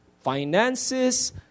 finances